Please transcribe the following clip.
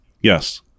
Yes